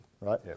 right